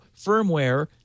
firmware